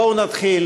בואו נתחיל.